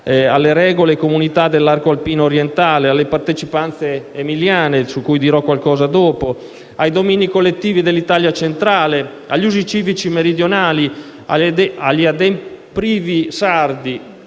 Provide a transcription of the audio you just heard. alle regole e comunità dell'arco alpino orientale, alle partecipanze emiliane, su cui dirò qualcosa più avanti, ai domini collettivi dell'Italia centrale, agli usi civici meridionali, agli ademprivi sardi